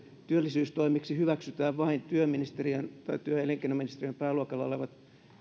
työllisyystoimiksi hyväksytään vain työ ja elinkeinoministeriön pääluokalla olevat